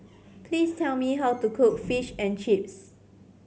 please tell me how to cook Fish and Chips